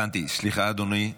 סליחה, אדוני.